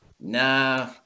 nah